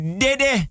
dede